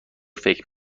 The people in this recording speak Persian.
فکر